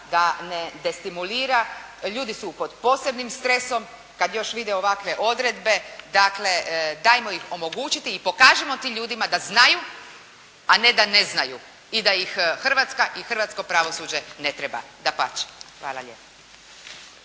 da ne destimulira. Ljudi su pod posebnim stresom, kad još vide ovakve odredbe, dakle dajmo ih omogućiti i pokažimo tim ljudima da znaju, a ne da ne znaju i da ih Hrvatska i hrvatsko pravosuđe ne treba. Dapače. Hvala lijepa.